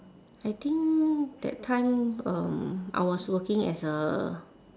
I think that time um I was working as a